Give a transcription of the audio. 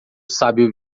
sábio